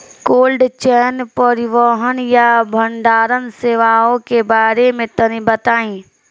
Cold chain परिवहन या भंडारण सेवाओं के बारे में तनी बताई?